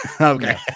okay